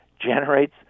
generates